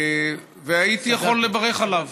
הייתי יכול לברך עליו,